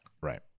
Right